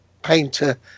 painter